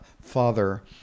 father